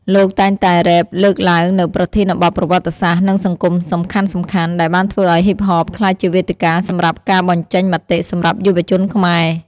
លោកតែងតែរេបលើកឡើងនូវប្រធានបទប្រវត្តិសាស្ត្រ និងសង្គមសំខាន់ៗ ដែលបានធ្វើឱ្យហ៊ីបហបក្លាយជាវេទិកាសម្រាប់ការបញ្ចេញមតិសម្រាប់យុវជនខ្មែរ។